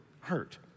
hurt